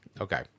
Okay